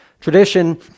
Tradition